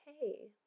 hey